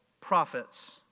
prophets